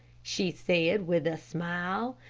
she said, with a smile.